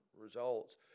results